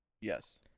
Yes